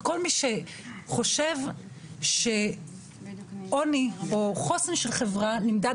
וכל מי שחושב שעוני או חוסן של חברה נמדד